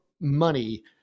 money